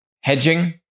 hedging